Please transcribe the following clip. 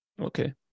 okay